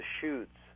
shoots